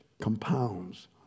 compounds